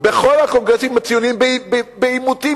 בכל הקונגרסים הציוניים בעימותים,